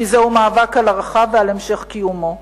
כי זהו מאבק על ערכיו ועל המשך קיומו.